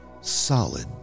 solid